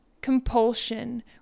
Compulsion